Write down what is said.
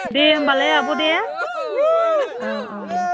दे होमबालाय आब' दे औ औ दे